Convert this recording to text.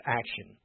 action